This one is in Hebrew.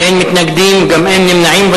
אין מתנגדים וגם אין נמנעים.